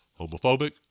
homophobic